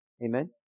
Amen